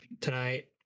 tonight